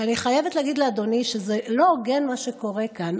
אני חייבת להגיד לאדוני שזה לא הוגן מה שקורה כאן.